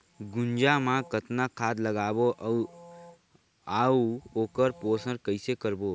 गुनजा मा कतना खाद लगाबो अउ आऊ ओकर पोषण कइसे करबो?